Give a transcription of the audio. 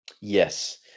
Yes